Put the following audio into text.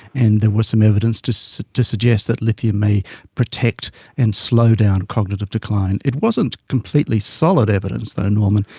and there was some evidence to so to suggest that lithium may protect and slow down cognitive decline. it wasn't completely solid evidence though, norman,